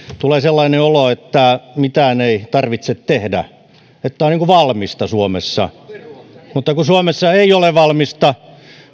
tulee sellainen olo että mitään ei tarvitse tehdä että suomessa on valmista mutta kun suomessa ei ole valmista